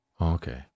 Okay